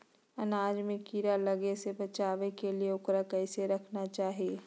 अनाज में कीड़ा लगे से बचावे के लिए, उकरा कैसे रखना चाही?